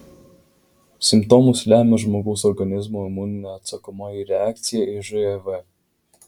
simptomus lemia žmogaus organizmo imuninė atsakomoji reakcija į živ